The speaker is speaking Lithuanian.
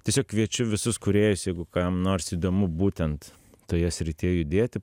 tiesiog kviečiu visus kūrėjus jeigu kam nors įdomu būtent toje srityje judėti